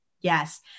Yes